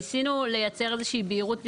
ניסינו לייצר איזו שהיא בהירות,